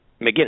McGinnis